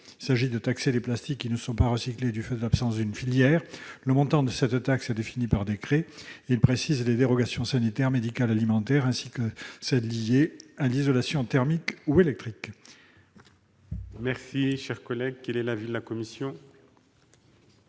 Il s'agit de taxer les plastiques qui ne sont pas recyclés du fait de l'absence d'une filière. Le montant de cette taxe serait défini par un décret précisant aussi les dérogations sanitaires, médicales, alimentaires, et liées à l'isolation thermique ou électrique. Quel est l'avis de la commission ?